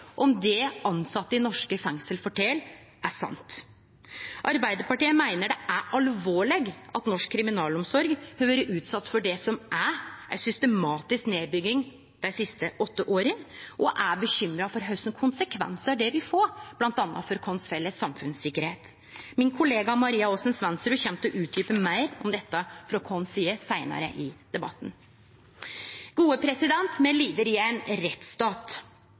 om det tilsette i norske fengsel fortel, er sant. Arbeidarpartiet meiner det er alvorleg at norsk kriminalomsorg har vore utsett for det som er ei systematisk nedbygging dei siste åtte åra, og er bekymra for kva konsekvensar det vil få bl.a. for vår felles samfunnssikkerheit. Min kollega, Maria Aasen-Svensrud, kjem til å utdjupe meir om dette frå vår side seinare i debatten. Me lever i ein rettsstat,